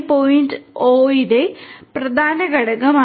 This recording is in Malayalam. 0 ന്റെ ഒരു പ്രധാന ഘടകമാണ്